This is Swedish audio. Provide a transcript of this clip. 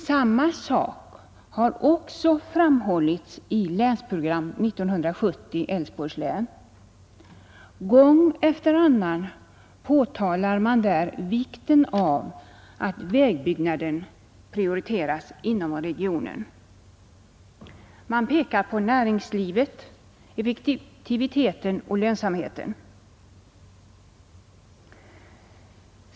Samma sak har också framhållits i Länsprogram 1970 Älvsborgs län. Gång efter annan påtalar man där vikten av att vägbyggandet prioriteras inom regionen. Man pekar på näringslivet, effektiviteten och lönsamheten.